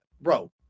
bro